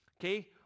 Okay